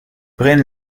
braine